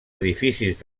edificis